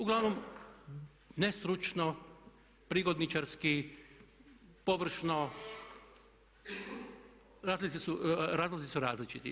Uglavnom nestručno, prigodničarski, površno, razlozi su različiti.